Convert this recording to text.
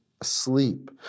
asleep